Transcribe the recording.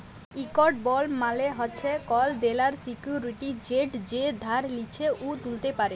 ইকট বল্ড মালে হছে কল দেলার সিক্যুরিটি যেট যে ধার লিছে উ তুলতে পারে